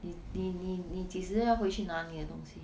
你你你你几时要回去拿你的东西